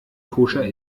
koscher